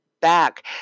back